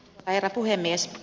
herra puhemies